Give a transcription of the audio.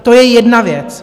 To je jedna věc.